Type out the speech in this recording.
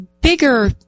bigger